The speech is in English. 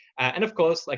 and of course, like